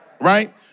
right